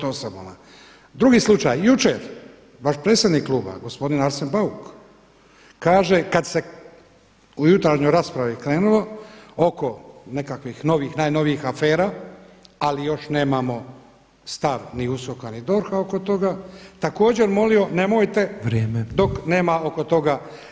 Drugi slučaj, jučer, vaš predsjednik klub gospodin Arsen Bauk kaže kada se u jutarnjoj raspravi krenulo oko nekakvih novih, najnovijih afera ali još nemamo stav ni USKOK-a ni DORH-a oko toga, također molio nemojte dok nema oko toga.